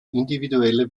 individuelle